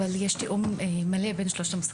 אבל יש תיאום מלא בין שלושת המשרדים.